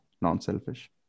non-selfish